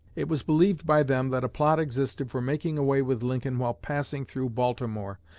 it was believed by them that a plot existed for making away with lincoln while passing through baltimore,